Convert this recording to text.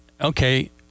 okay